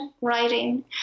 writing